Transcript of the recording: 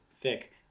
thick